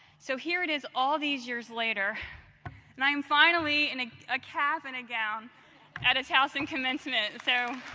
so here it is, all these years later, and i'm finally in ah a cap and a gown at a towson commencement. so